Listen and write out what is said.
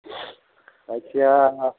जायखिजाया